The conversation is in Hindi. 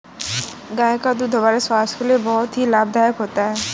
गाय का दूध हमारे स्वास्थ्य के लिए बहुत ही लाभदायक होता है